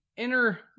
Inner